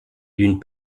d’une